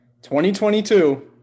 2022